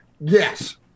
Yes